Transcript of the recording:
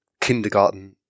kindergarten